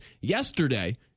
yesterday